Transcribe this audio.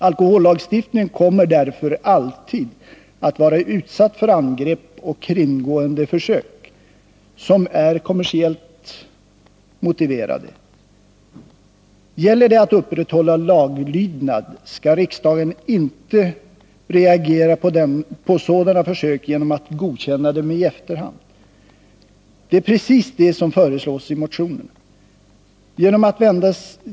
Alkohollagstiftningen kommer därför alltid att vara utsatt för angrepp och försök till kringgående som är kommersiellt motiverade. Gäller det att upprätthålla laglydnad skall riksdagen inte reagera på sådana försök genom att godkänna dem i efterhand. Det är precis det som föreslås imotionerna.